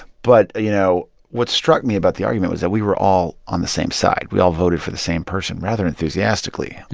but, you know, what struck me about the argument was that we were all on the same side. we all voted for the same person rather enthusiastically.